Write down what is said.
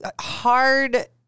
hard